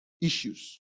issues